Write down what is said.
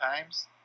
times